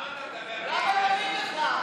למה אתה מדבר, למה שנאמין לך,